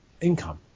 income